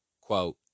Quote